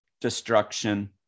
destruction